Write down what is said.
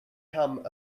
come